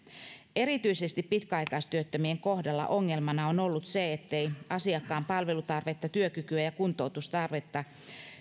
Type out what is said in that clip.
erityisesti pitkäaikaistyöttömien kohdalla ongelmana on ollut se ettei asiakkaan palvelutarvetta työkykyä ja kuntoutustarvetta